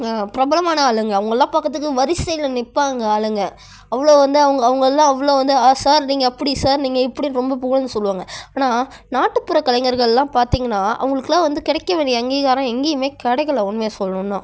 பிரபலமான ஆளுங்க அவங்கள்லாம் பார்க்கத்துக்கு வரிசையில் நிற்பாங்க ஆளுங்க அவ்வளோ வந்து அவுங் அவங்கள்லாம் அவ்வளோ வந்து ஆ சார் நீங்கள் அப்படி சார் நீங்கள் இப்படி ரொம்ப புகழ்ந்து சொல்லுவாங்க ஆனால் நாட்டுப்புற கலைஞர்களெலாம் பார்த்திங்கன்னா அவங்களுக்குலாம் வந்து கிடைக்க வேண்டிய அங்கீகாரம் எங்கேயுமே கிடைக்கல உண்மையாக சொல்ணும்ன்னா